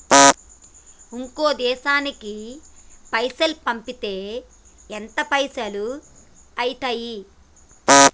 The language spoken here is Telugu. ఇంకో దేశానికి పైసల్ పంపితే ఎంత పైసలు అయితయి?